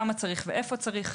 כמה ואיפה צריך.